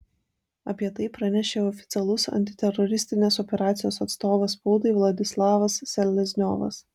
apie tai pranešė oficialus antiteroristinės operacijos atstovas spaudai vladislavas selezniovas